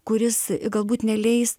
kuris galbūt neleis